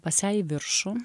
pas ją į viršų